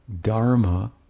Dharma